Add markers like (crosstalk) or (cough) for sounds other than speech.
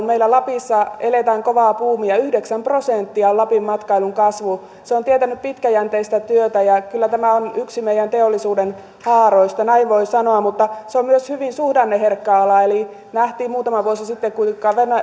(unintelligible) meillä lapissa eletään kovaa buumia yhdeksän prosenttia on lapin matkailun kasvu se on tietänyt pitkäjänteistä työtä ja kyllä tämä on yksi meidän teollisuuden haaroista näin voi sanoa mutta se on myös hyvin suhdanneherkkä ala eli nähtiin muutama vuosi sitten kuinka